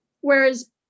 Whereas